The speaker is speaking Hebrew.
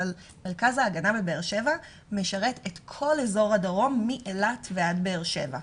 אבל מרכז ההגנה בבאר שבע משרת את כל אזור הדרום מאילת ועד באר שבע.